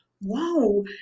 wow